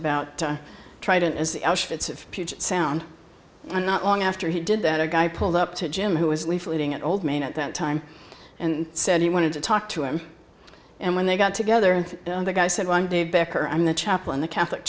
about to try to sound not long after he did that a guy pulled up to jim who was leafleting an old man at that time and said he wanted to talk to him and when they got together and the guy said one day becker i'm the chaplain the catholic